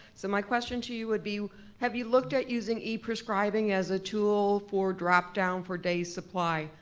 so my question to you would be have you looked at using e-prescribing as a tool for dropdown for days' supply?